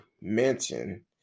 mention